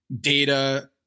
data